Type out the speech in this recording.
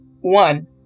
One